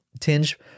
tinge